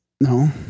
No